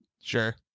Sure